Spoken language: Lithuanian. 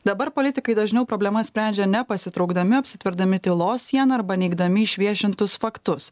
dabar politikai dažniau problemas sprendžia nepasitraukdami apsitverdami tylos siena arba neigdami išviešintus faktus